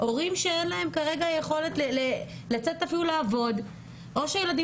הורים שאין להם כרגע יכולת לצאת אפילו לעבוד או שהילדים